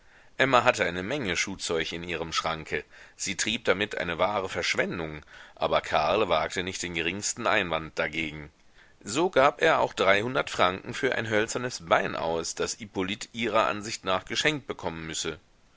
emma hatte eine menge schuhzeug in ihrem schranke sie trieb damit eine wahre verschwendung aber karl wagte nicht den geringsten einwand dagegen so gab er auch dreihundert franken für ein hölzernes bein aus das hippolyt ihrer ansicht nach geschenkt bekommen müsse